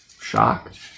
Shocked